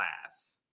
class